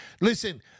Listen